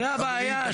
זו הבעיה,